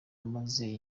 amaze